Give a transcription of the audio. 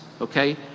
okay